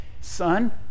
son